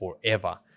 forever